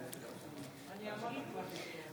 (קוראת בשמות חברי הכנסת)